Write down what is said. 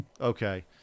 Okay